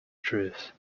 truth